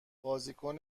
بازیکن